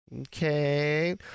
Okay